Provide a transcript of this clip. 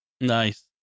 Nice